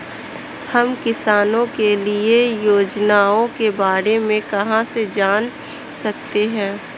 हम किसानों के लिए योजनाओं के बारे में कहाँ से जान सकते हैं?